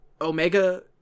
Omega